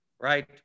Right